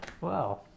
wow